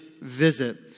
visit